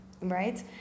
right